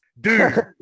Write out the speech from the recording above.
dude